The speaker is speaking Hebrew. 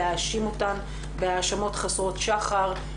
להאשים אותן בהאשמות חסרות שחר,